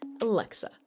alexa